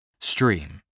stream